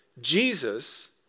Jesus